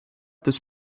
this